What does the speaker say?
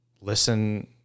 listen